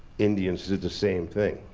indians did to same thing.